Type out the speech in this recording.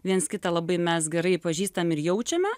viens kitą labai mes gerai pažįstam ir jaučiame